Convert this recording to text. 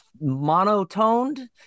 monotoned